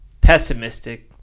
pessimistic